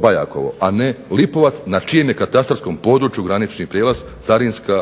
Bajakovo, a ne LIpovac na čijem je katastarskom području granični prijelaz, carinski